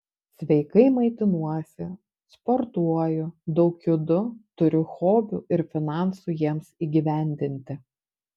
sveikai maitinuosi sportuoju daug judu turiu hobių ir finansų jiems įgyvendinti